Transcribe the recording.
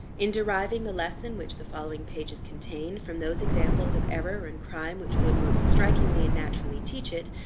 in deriving the lesson which the following pages contain, from those examples of error and crime which would most strikingly and naturally teach it,